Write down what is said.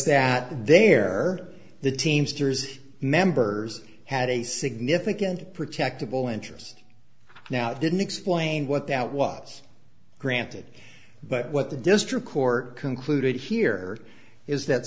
that there the teamsters members had a significant protectable interest now didn't explain what that was granted but what the district court concluded here is that